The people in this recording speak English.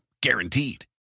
Guaranteed